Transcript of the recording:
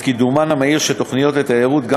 את קידומן המהיר של תוכניות לתיירות גם